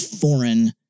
foreign